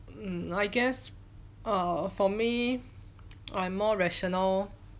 mm I guess err for me I'm more rational